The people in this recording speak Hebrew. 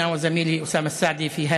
אני ועמיתי אוסאמה סעדי.